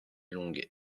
longue